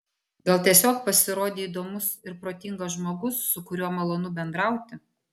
gal tiesiog pasirodei įdomus ir protingas žmogus su kuriuo malonu bendrauti